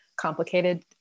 complicated